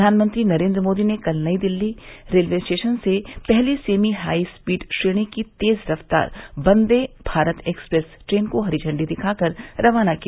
प्रधानमंत्री नरेन्द्र मोदी ने कल नई दिल्ली रेलवे स्टेशन से पहली सेनी हाई स्पीड श्रेणी की तेज़ रफ़्तार वंदे भारत एक्सप्रेस ट्रेन को हरी झंडी दिखा कर रवाना किया